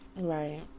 Right